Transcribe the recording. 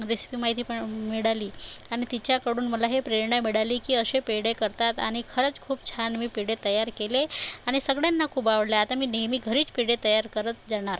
recipe माहिती मिळाली आणि तिच्याकडून मला ही प्रेरणा मिळाली की असे पेढे करतात आणि खरंच खूप छान मी पेढे तयार केले आणि सगळ्यांना खूप आवडले आता मी नेहमी घरीच पेढे तयार करत जाणार